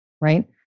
Right